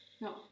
No